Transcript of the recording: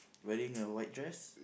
wearing a white dress